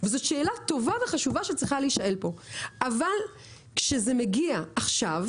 וזו שאלה טובה וחשובה שצריכה להישאל פה אבל כשזה מגיע עכשיו,